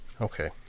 Okay